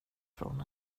från